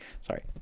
sorry